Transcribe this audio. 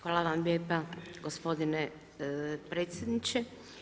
Hvala vam lijepa gospodine predsjedniče.